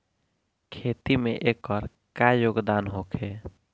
खेती में एकर का योगदान होखे?